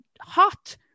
hot